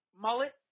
Mullet